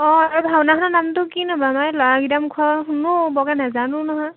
অঁ আৰু ভাওনাখনৰ নামটো কিনো বাৰু আমাৰ ল'ৰাকেইটাৰ মুখত শুনোঁ বৰকৈ নাজানোও নহয়